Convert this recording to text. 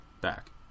back